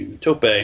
Tope